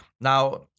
Now